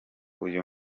uyu